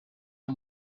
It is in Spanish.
del